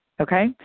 okay